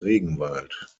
regenwald